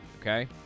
Okay